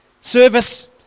Service